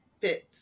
fits